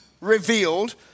revealed